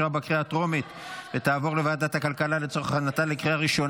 לוועדת הכלכלה נתקבלה.